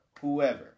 Whoever